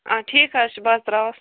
آ ٹھیٖک حظ چھِ بہٕ حظ ترٛاوَس